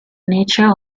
nature